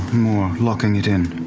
more. locking it in.